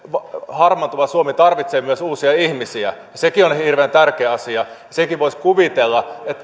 harmaantuva suomi tarvitsee myös uusia ihmisiä sekin on hirveän tärkeä asia senkin voisi kuvitella että